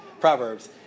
Proverbs